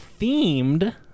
themed